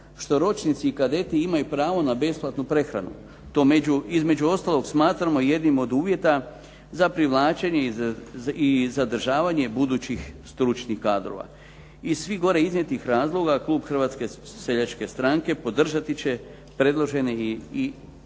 ročnici i kadeti imaju pravo na besplatnu prehranu. To između ostalog smatramo i jednim od uvjeta za privlačenje i zadržavanje budućih stručnih kadrova. Iz svih gore iznijetih razloga klub Hrvatske seljačke stranke podržati će predložene izmjene